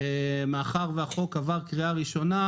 מאחר והחוק עבר בקריאה הראשונה,